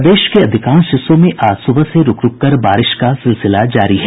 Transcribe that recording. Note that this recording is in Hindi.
प्रदेश के अधिकांश हिस्सों में आज सुबह से रूक रूक कर बारिश का सिलसिला जारी है